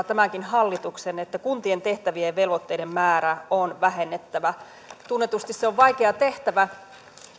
tämänkin hallituksen muistettava että kuntien tehtävien ja velvoitteiden määrää on vähennettävä tunnetusti se on vaikea tehtävä